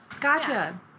Gotcha